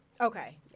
Okay